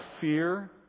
fear